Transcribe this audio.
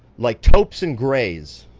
like topes and grays.